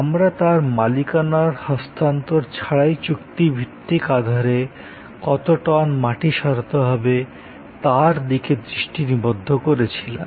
আমরা তার মালিকানার হস্তান্তর ছাড়াই চুক্তির ভিত্তিতে কত টন মাটি সরাতে হবে তার দিকে দৃষ্টি নিবদ্ধ করেছিলাম